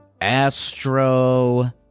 Astro